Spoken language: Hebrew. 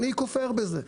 אני כופר בזה.